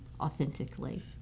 authentically